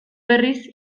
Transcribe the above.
berriz